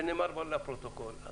ונאמר לפרוטוקול,